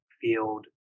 field